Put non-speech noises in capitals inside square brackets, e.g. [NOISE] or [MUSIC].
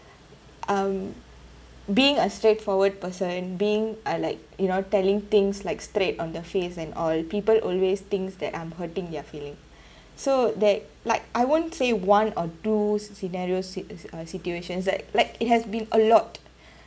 um being a straightforward person being uh like you know telling things like straight on the face and all people always thinks that I'm hurting their feeling [BREATH] so that like I won't say one or two scenarios si~ uh situations like like it has been a lot [BREATH]